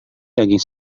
daging